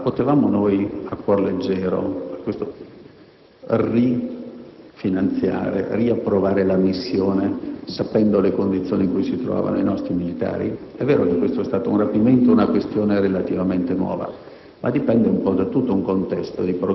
Il punto allora diventava: potevamo noi a cuor leggero rifinanziare, riapprovare, quella missione, conoscendo le condizioni in cui si trovavano i nostri militari? Vero è che in questo caso vi è stato un rapimento, dunque una questione relativamente nuova,